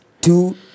two